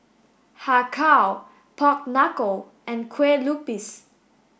Har Kow pork knuckle and Kue Lupis